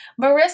Marissa